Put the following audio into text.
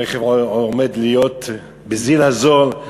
הרכב עומד להיות בזיל הזול,